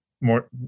more